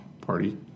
party